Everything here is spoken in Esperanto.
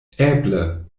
eble